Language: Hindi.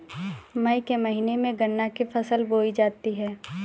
मई के महीने में गन्ना की फसल बोई जाती है